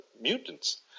mutants